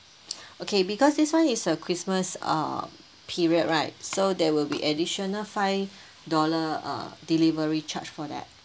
okay because this one is a Christmas uh period right so there will be additional five dollar uh delivery charge for that